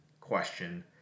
question